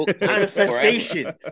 Manifestation